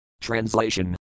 Translation